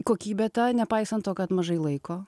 kokybė ta nepaisant to kad mažai laiko